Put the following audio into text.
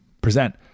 present